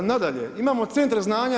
Nadalje, imamo centre znanja.